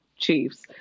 chiefs